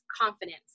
confidence